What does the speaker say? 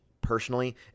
personally